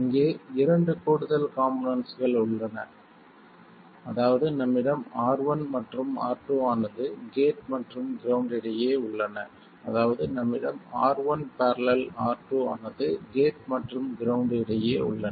இங்கே இரண்டு கூடுதல் காம்போனென்ட்ஸ்கள் உள்ளன அதாவது நம்மிடம் R1 மற்றும் R2 ஆனது கேட் மற்றும் கிரவுண்ட் இடையே உள்ளன அதாவது நம்மிடம் R1 || R2 ஆனது கேட் மற்றும் கிரவுண்ட் இடையே உள்ளன